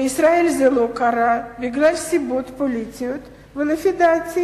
בישראל זה לא קרה בגלל סיבות פוליטיות, ולפי דעתי